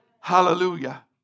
Hallelujah